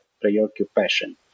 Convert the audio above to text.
preoccupation